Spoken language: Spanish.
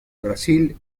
brasil